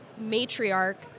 matriarch